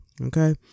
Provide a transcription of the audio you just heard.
okay